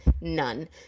None